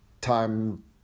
time